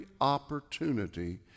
opportunity